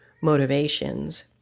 motivations